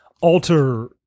alter